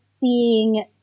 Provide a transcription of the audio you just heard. seeing